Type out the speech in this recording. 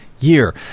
year